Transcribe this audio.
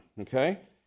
okay